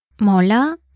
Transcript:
Mola